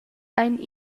ein